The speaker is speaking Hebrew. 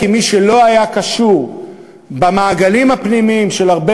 כי מי שלא היה קשור במעגלים הפנימיים של הרבה